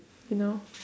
you know